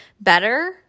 better